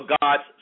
God's